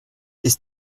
ist